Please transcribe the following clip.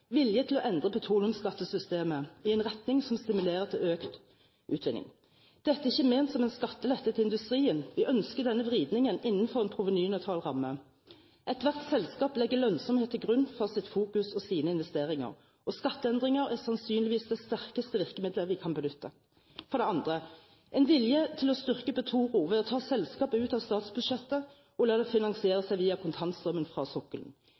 vilje til å endre petroleumsskattesystemet i en retning som stimulerer til økt utvinning. Dette er ikke ment som en skattelette til industrien, vi ønsker denne vridningen innenfor en provenynøytral ramme. Ethvert selskap legger lønnsomhet til grunn for sitt fokus og sine investeringer, og skatteendringer er sannsynligvis det sterkeste virkemiddelet vi kan benytte. For det andre: vilje til å styrke Petoro ved å ta selskapet ut av statsbudsjettet og la det finansiere seg via kontantstrømmen fra sokkelen.